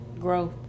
Growth